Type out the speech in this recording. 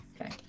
Okay